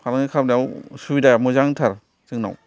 फालांगि खालामनायाव सुबिदा मोजांथार जोंनाव